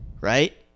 Right